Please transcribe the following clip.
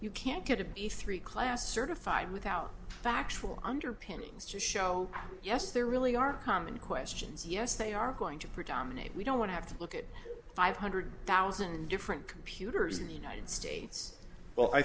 you can't get a b three class certified without factual underpinnings to show yes there really are common questions yes they are going to predominate we don't want to have to look at five hundred thousand different computers in the united states well i